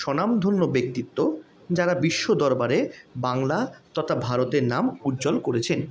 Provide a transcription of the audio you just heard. স্বনামধন্য ব্যক্তিত্ব যারা বিশ্ব দরবারে বাংলার তথা ভারতের নাম উজ্জ্বল করেছেন